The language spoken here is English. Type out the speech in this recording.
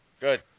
Good